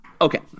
Okay